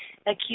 acute